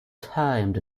times